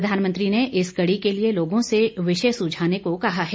प्रधानमंत्री ने इस कड़ी के लिए लोगों से विषय सुझाने को कहा है